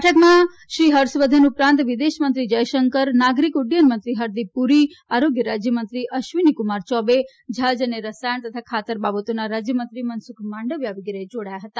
બેઠકમાં શ્રી હર્ષ વર્ધન ઉપરાંત વિદેશમંત્રી જયશંકર નાગરિક ઉક્ટયન મંત્રી હરદીપ પુરી આરોગ્ય રાજ્યમંત્રી અશ્વિનીકુમાર ચૌબે જહાજ અને રસાયણ તથા ખાતર બાબતોના રાજ્યમંત્રી મનસુખ માંડવીયા વગેરે જોડાયા હતા